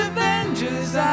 Avengers